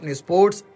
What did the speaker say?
sports